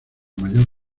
mayor